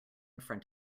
front